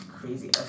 Crazy